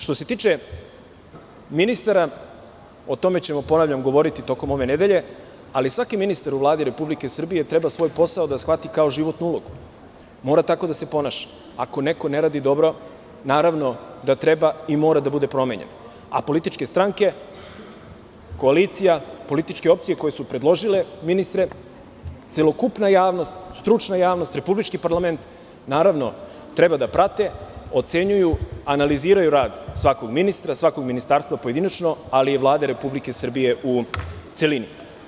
Što se tiče ministara, o tome ćemo govoriti tokom ove nedelje, ali svaki ministar u Vladi Republike Srbije, treba svoj posao da shvati kao životnu ulogu, mora tako da se ponaša, ako neko ne radi dobro, naravno da treba i mora da bude promenjen, a političke stranke, političke opcije koje su predložili ministre, celokupna javnost, stručna javnost, republički parlament, treba da prate, ocenjuju, analiziraju rad svakog ministra, svakog ministarstva pojedinačno, ali i Vlade Republike Srbije u celini.